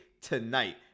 tonight